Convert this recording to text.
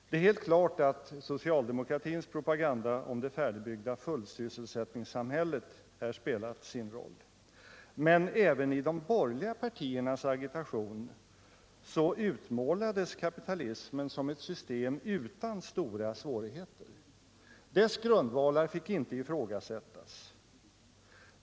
Det är helt klart att socialdemokratins propaganda om det färdigbyggda ”fullsysselsättningssamhället” här spelat en roll, men även i de borgerliga partiernas agitation utmålades kapitalismen som ett system utan stora svårigheter. Dess grundvalar fick inte ifrågasättas.